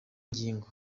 ngingo